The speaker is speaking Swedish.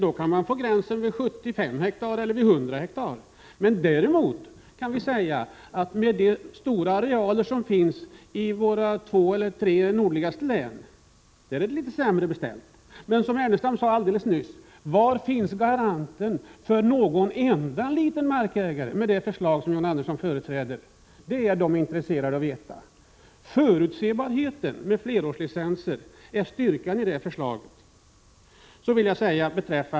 Det kan således vara möjligt att dra gränsen vid 75 eller 100 hektar. Däremot kan vi säga att det är litet sämre beställt med de två eller tre nordligaste länen som har stora arealer. Jag instämmer i Lars Ernestams fråga alldeles nyss: Var finns garanten för någon enda liten markägare när det gäller det förslag som John Anderssoh företräder? Det är människorna intresserade av att få veta. Det är förutsebarheten med flerårslicenser som är styrkan i föreliggande förslag.